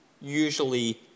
usually